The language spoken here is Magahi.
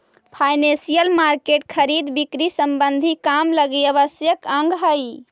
फाइनेंसियल मार्केट खरीद बिक्री संबंधी काम लगी आवश्यक अंग हई